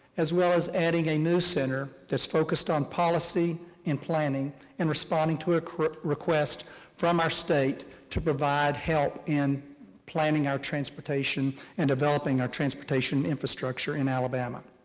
as well as adding a new center that's focused on policy and planning in responding to a request from our state to provide help in planning our transportation and developing our transportation infrastructure in alabama.